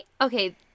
okay